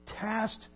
task